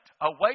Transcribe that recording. away